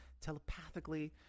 telepathically